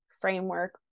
framework